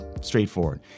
straightforward